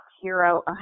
Hero